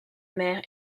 mère